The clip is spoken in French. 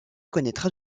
connaîtra